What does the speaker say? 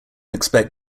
expect